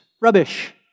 rubbish